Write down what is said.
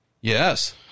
Yes